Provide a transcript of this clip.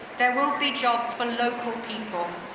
there will be jobs for local people,